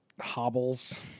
hobbles